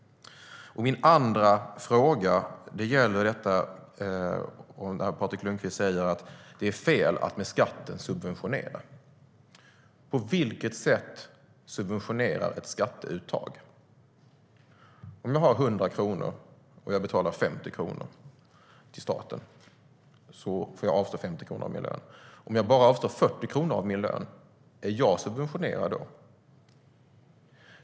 Patrik Lundqvist säger att det är fel att subventionera med skatten. På vilket sätt subventionerar ett skatteuttag? Om jag har 100 kronor och betalar 50 kronor till staten avstår jag 50 kronor av min lön. Om jag bara avstår 40 kronor av min lön, är jag subventionerad då?